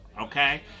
okay